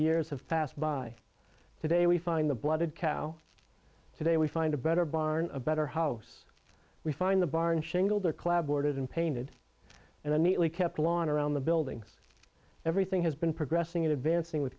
years have passed by today we find the blooded cow today we find a better barn a better house we find the barn shingle there collaborated and painted and the neatly kept lawn around the buildings everything has been progressing advancing with